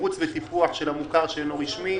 תמרוץ וטיפול של המוכר שאינו רשמי.